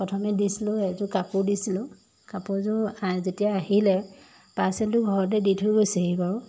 প্ৰথমে দিছিলোঁ এযোৰ কাপোৰ দিছিলোঁ কাপোৰযোৰ যেতিয়া আহিলে পাৰ্চেলটো ঘৰতে দি থৈ গৈছেহি বাৰু